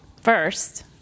First